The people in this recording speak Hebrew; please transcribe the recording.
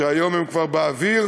שהיום הם כבר באוויר